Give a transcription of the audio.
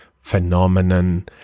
phenomenon